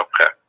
okay